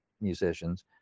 musicians